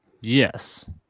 Yes